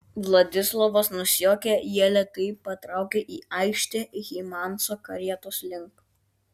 vladislovas nusijuokė jie lėtai patraukė į aikštę hymanso karietos link